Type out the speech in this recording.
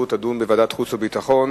לסדר-היום הזו תידון בוועדת חוץ וביטחון.